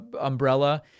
umbrella